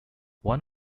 one